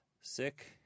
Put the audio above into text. sick